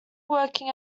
working